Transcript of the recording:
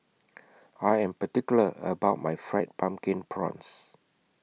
I Am particular about My Fried Pumpkin Prawns